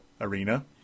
arena